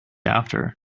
after